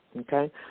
okay